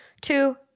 Two